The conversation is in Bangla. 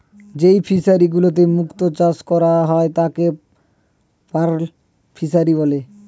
যেই ফিশারি গুলিতে মুক্ত চাষ করা হয় তাকে পার্ল ফিসারী বলে